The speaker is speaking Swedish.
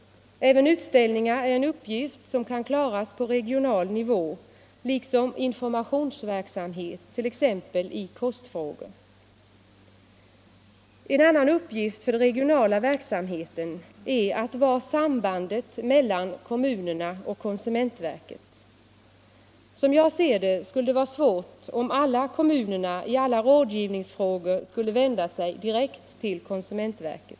Även utställningar kan ordnas på regional nivå liksom informationsverksamhet t.ex. i kostfrågor. En annan uppgift för den regionala verksamheten är att vara ett samband mellan kommunerna och konsumentverket. Som jag ser det skulle det vara svårt om kommunerna i alla rådgivningsfrågor skulle vända sig direkt till konsumentverket.